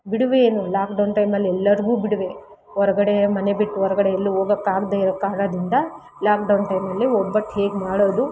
ಬಿಡುವೇನು lockdown ಟೈಮಲ್ಲಿ ಎಲ್ಲಾರಿಗೂ ಬಿಡುವೆ ಹೊರ್ಗಡೇ ಮನೆ ಬಿಟ್ಟು ಹೊರ್ಗಡೆ ಎಲ್ಲೂ ಹೋಗಕಾಗ್ದೆ ಇರೋ ಕಾರಣದಿಂದ ಲಾಕ್ಡೌನ್ ಟೈಮಲ್ಲಿ ಒಬ್ಬಟ್ಟು ಹೇಗೆ ಮಾಡೋದು